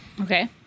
Okay